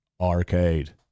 Arcade